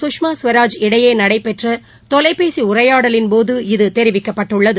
குஷ்மா ஸ்வராஜ் இடையேநடைபெற்றதொலைபேசிஉரையாடலின் போது இது தெரிவிக்கப்பட்டுள்ளது